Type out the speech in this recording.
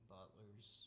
Butler's